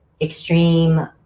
extreme